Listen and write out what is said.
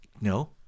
No